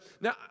Now